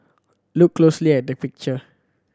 look closely at the picture